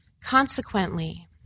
Consequently